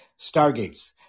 Stargates